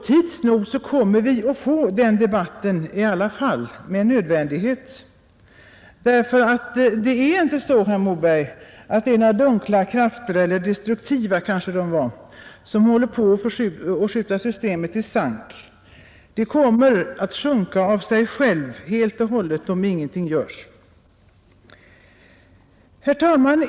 Tids nog kommer vi att få ta upp denna debatt i alla fall med nödvändighet, ty det är inte så, herr Moberg, att det är några dunkla krafter — eller destruktiva kanske det var fråga om — som håller på att skjuta systemet i sank. Det kommer att sjunka av sig självt helt och hållet, om ingenting görs. Herr talman!